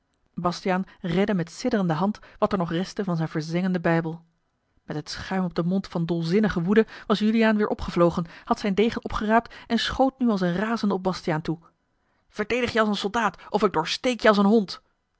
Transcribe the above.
bastiaan redde met sidderende hand wat er nog restte van zijn verzengden bijbel met het schuim op den mond van dolzinnige woede was juliaan weêr opgevlogen had zijn degen opgeraapt en schoot nu als een razende op bastiaan toe verdedig je als een soldaat of ik doorsteek je als een hond